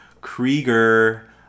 Krieger